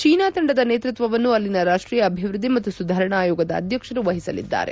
China ತಂಡದ ನೇತೃತ್ವವನ್ನು ಅಲ್ಲಿನ ರಾಷ್ಷೀಯ ಅಭಿವೃದ್ಧಿ ಮತ್ತು ಸುಧಾರಣಾ ಆಯೋಗದ ಅಧ್ಯಕ್ಷರು ವಹಿಸಲಿದ್ದಾರೆ